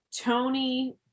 Tony